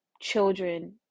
children